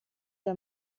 der